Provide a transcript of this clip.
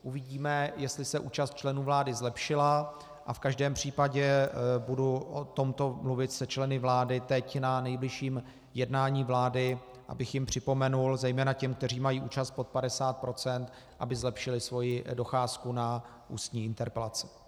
Uvidíme, jestli se účast členů vlády zlepšila, a v každém případě o tom budu mluvit se členy vlády teď na nejbližším jednání vlády, abych jim připomenul, zejména těm, kteří mají účast pod 50 %, aby zlepšili svoji docházku na ústní interpelace.